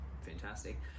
fantastic